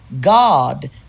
God